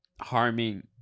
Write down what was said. harming